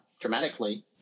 dramatically